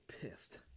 pissed